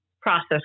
process